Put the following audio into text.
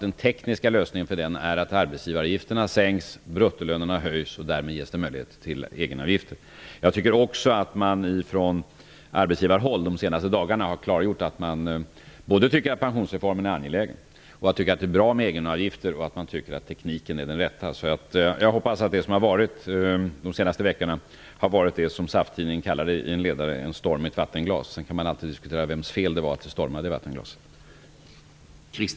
Den tekniska lösningen är att arbetsgivaravgifterna sänks och att bruttolönerna höjs. Därmed ges det möjligheter till egenavgifter. Jag tycker också att man från arbetsgivarhåll de senaste dagarna har klargjort att man tycker att pensionsreformen är angelägen, att man tycker att det är bra med egenavgifter och att man tycker att tekniken är den rätta. Jag hoppas att det som har varit de senaste veckorna har varit det SAF tidningen i en ledare kallade en storm i ett vattenglas. Sedan kan man alltid diskutera vems fel det var att det stormade i vattenglaset.